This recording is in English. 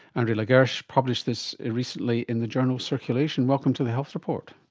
andre la gerche published this recently in the journal circulation. welcome to the health report.